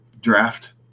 draft